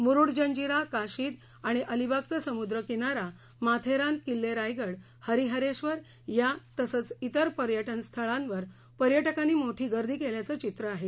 मुरूड जंजीरा काशिद आणि अलिबागचा समुद्र किनारा माथेरान किल्ले रायगड हरिहरेश्वर या तसंच तिर पर्यटन स्थळांवर पर्यटकांनी मोठी गर्दी केल्याचं चित्र आहे